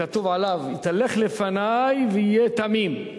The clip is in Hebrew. כתוב עליו: "התהלך לפני והיה תמים".